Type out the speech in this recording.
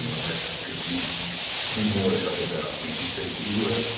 i asked could she do more to help us out? and she said she would.